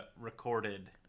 recorded